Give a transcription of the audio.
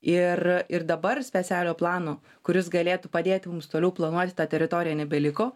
ir ir dabar specialiojo plano kuris galėtų padėti mums toliau planuoti tą teritoriją nebeliko